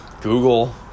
Google